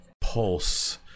pulse